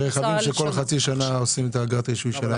ורכבים שכל חצי שנה עושים את אגרת הרישוי שלהם?